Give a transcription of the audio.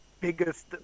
biggest